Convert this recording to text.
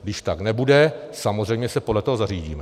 Když tak nebude, samozřejmě se podle toho zařídíme.